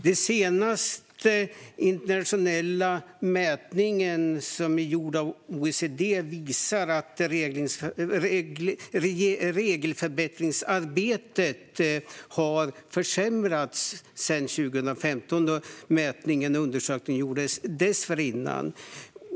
Den senaste internationella mätning som är gjord av OECD visar att regelförbättringsarbetet har försämrats sedan 2015, då mätningen och undersökningen gjordes dessförinnan.